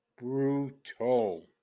Brutal